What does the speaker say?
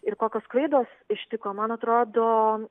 ir kokios klaidos ištiko man atrodo